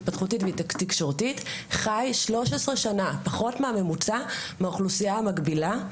התפתחותית ותקשורתית חי 13 שנה פחות מהממוצע מהאוכלוסייה המקבילה,